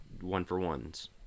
one-for-ones